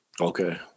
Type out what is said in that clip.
Okay